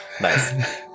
Nice